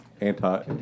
anti